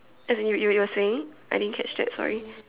as in you you were saying I didn't catch that sorry